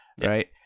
right